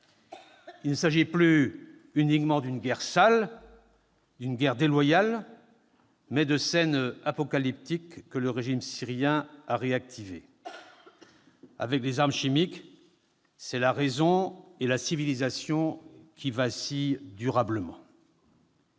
Il s'agit non plus uniquement d'une guerre sale, d'une guerre déloyale, mais de scènes apocalyptiques que le régime syrien a réactivées. Avec les armes chimiques, c'est la raison et la civilisation qui vacillent durablement.